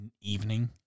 evening